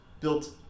built